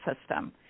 system